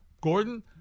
Gordon